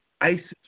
ISIS